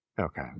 Okay